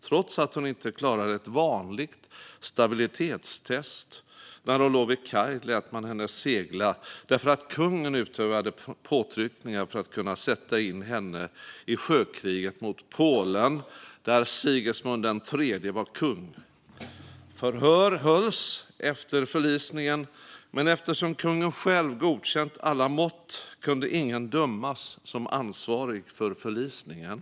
Trots att hon inte klarade ett vanligt stabilitetstest när hon låg vid kaj lät man henne segla därför att kungen utövade påtryckningar för att kunna sätta in henne i sjökriget mot Polen, där Sigismund III var kung. Förhör hölls efter förlisningen, men eftersom kungen själv godkänt alla mått kunde ingen dömas som ansvarig för förlisningen.